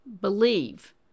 believe